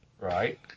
Right